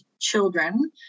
children